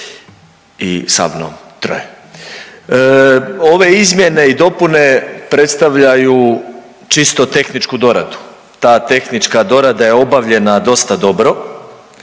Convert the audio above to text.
i sa mnom troje. Ove izmjene i dopune predstavljaju čisto tehničku doradu, ta tehnička dorada je obavljena dosta dobro